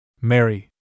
Mary